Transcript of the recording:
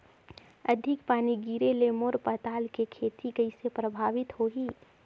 अधिक पानी गिरे ले मोर पताल के खेती कइसे प्रभावित होही?